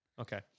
Okay